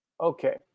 Okay